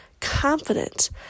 confident